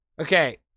Okay